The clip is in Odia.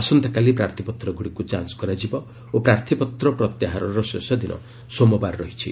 ଆସନ୍ତାକାଲି ପ୍ରାର୍ଥୀପତ୍ରଗୁଡ଼ିକୁ ଯାଞ୍ କରାଯିବ ଓ ପ୍ରାର୍ଥୀପତ୍ର ପ୍ରତ୍ୟାହାରର ଶେଷ ଦିନ ସୋମବାର ରହିଛି